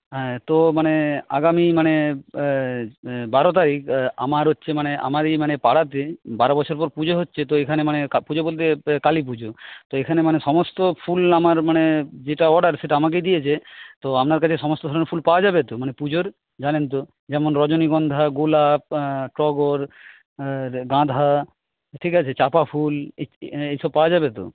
হ্যাঁ তো মানে আগামী মানে বারো তারিখ আমার হচ্ছে মানে আমারই মানে পাড়াতে বারো বছর পর পুজো হচ্ছে তো এখানে মানে পুজো বলতে কালী পুজো তো এখানে মানে সমস্ত ফুল আমার মানে যেটা অর্ডার সেটা আমাকেই দিয়েছে তো আপনার কাছে সমস্ত ধরণের ফুল পাওয়া যাবে তো মানে পুজোর জানেন তো যেমন রজনীগন্ধা গোলাপ টগর গাঁধা ঠিক আছে চাঁপা ফুল এই সব পাওয়া যাবে তো